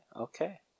Okay